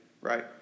right